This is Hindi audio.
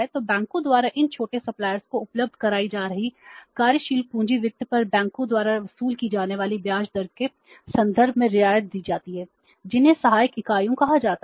तो बैंकों द्वारा इन छोटे सप्लायर्स को उपलब्ध कराई जा रही कार्यशील पूंजी वित्त पर बैंकों द्वारा वसूल की जाने वाली ब्याज दर के संदर्भ में रियायत दी जाती है जिन्हें सहायक इकाइयाँ कहा जाता है